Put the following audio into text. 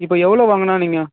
இப்போ எவ்வளோ வாங்கினா நீங்கள்